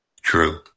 True